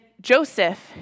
Joseph